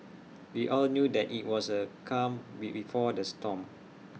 we all knew that IT was the calm be before the storm